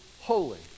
holy